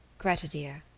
gretta, dear,